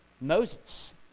Moses